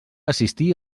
assistir